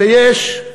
ויש,